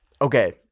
Okay